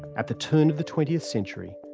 at the turn of the twentieth century,